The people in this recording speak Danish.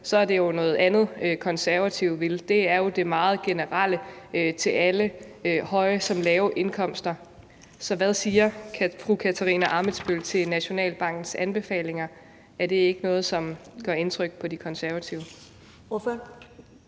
er det jo noget andet, Konservative vil. Det er jo det meget generelle, nemlig at give til alle, såvel dem med høje indkomster som dem med lave indkomster. Så hvad siger fru Katarina Ammitzbøll til Nationalbankens anbefalinger? Er det ikke noget, som gør indtryk på De Konservative? Kl.